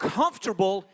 comfortable